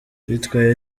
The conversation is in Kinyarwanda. yitwaye